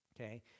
okay